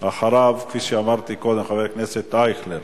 אחריו, כפי שאמרתי קודם, חבר הכנסת אייכלר.